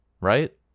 right